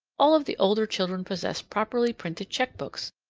all of the older children possess properly printed checkbooks,